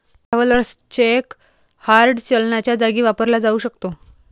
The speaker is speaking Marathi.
ट्रॅव्हलर्स चेक हार्ड चलनाच्या जागी वापरला जाऊ शकतो